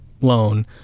loan